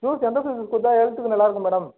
juice எந்த juice குடித்தா ஹெல்த்துக்கு நல்லாயிருக்கும் மேடம்